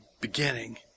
beginning